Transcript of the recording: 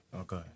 okay